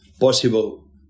possible